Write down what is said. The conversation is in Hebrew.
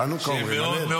חנוכה אומרים.